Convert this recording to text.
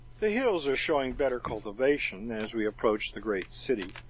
the hills are showing better cultivation, as we approach the great city.